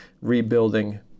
rebuilding